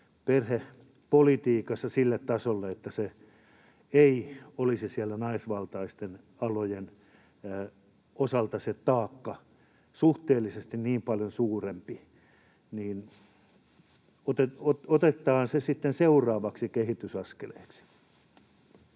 perhepolitiikassa sille tasolle, että ei olisi naisvaltaisten alojen osalta se taakka suhteellisesti niin paljon suurempi. Otetaan se sitten seuraavaksi kehitysaskeleeksi.